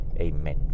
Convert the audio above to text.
Amen